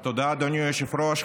תודה, אדוני היושב-ראש.